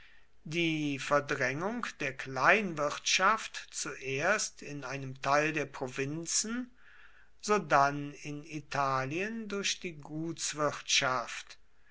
die verdrängung der kleinwirtschaft zuerst in einem teil der provinzen sodann in italien durch die